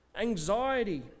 anxiety